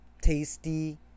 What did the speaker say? tasty